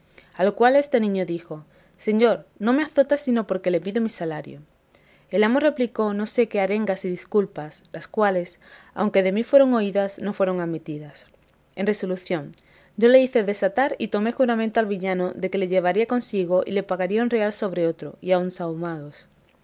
a lo cual este niño dijo señor no me azota sino porque le pido mi salario el amo replicó no sé qué arengas y disculpas las cuales aunque de mí fueron oídas no fueron admitidas en resolución yo le hice desatar y tomé juramento al villano de que le llevaría consigo y le pagaría un real sobre otro y aun sahumados